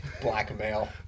Blackmail